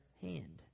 hand